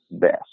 best